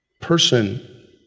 person